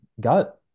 got